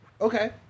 Okay